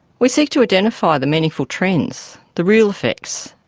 we seek to identify the meaningful trends, the real effects,